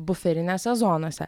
buferinėse zonose